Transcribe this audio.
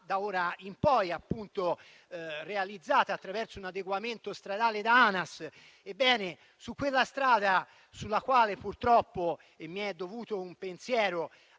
da ora in poi sarà realizzata attraverso un adeguamento stradale da ANAS. Ebbene, su quella strada, sulla quale purtroppo ha trovato la morte